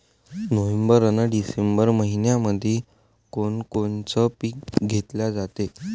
November अन December मइन्यामंधी कोण कोनचं पीक घेतलं जाते?